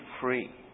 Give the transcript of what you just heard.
free